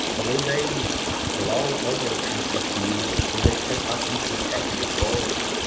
will and they allow other countries to use it will they set up infrastructure. boats,